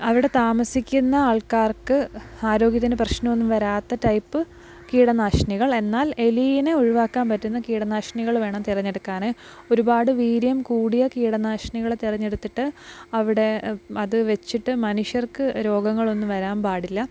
അവിടെ താമസിക്കുന്ന ആൾക്കാർക്ക് ആരോഗ്യത്തിന് പ്രശ്നമൊന്നും വരാത്ത ടൈപ്പ് കീടനാശിനികള് എന്നാൽ എലീനെ ഒഴിവാക്കാൻ പറ്റുന്ന കീടനാശിനികള് വേണം തെരഞ്ഞെടുക്കാന് ഒരുപാട് വീര്യം കൂടിയ കീടനാശിനികള് തെരഞ്ഞെടുത്തിട്ട് അവിടെ അത് വെച്ചിട്ട് മനുഷ്യർക്ക് രോഗങ്ങളൊന്നും വരാന് പാടില്ല